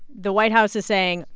the white house is saying,